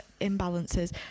imbalances